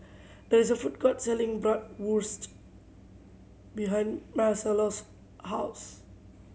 there is a food court selling Bratwurst behind Marcello's house